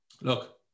look